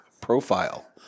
profile